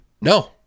No